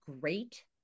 great